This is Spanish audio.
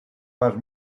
más